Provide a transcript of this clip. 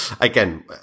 Again